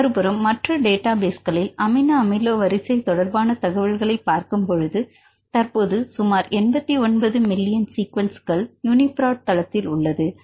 மறுபுறம் மற்ற டேட்டா பஸ்களில் அமினோ அமில வரிசை தொடர்பான தகவல்களை பார்க்கும் பொழுது தற்போது சுமார் 89 மில்லியன் சீக்வென்ஸ்கள் யூனி பிராட் தளத்தில் உள்ளது சரி